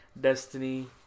Destiny